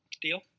Deal